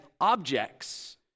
objects